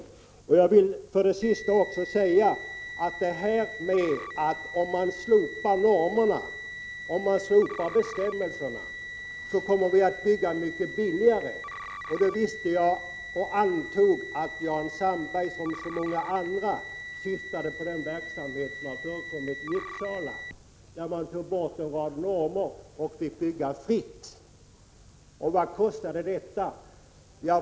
Till sist vill jag ta upp påståendet att om vi slopar normerna och bestämmelserna så kommer vi att bygga mycket billigare. Jag visste och antog att Jan Sandberg som så många andra syftade på den verksamhet som har förekommit i Uppsala, där man tog bort en rad normer och fick bygga fritt. Vad kostade det?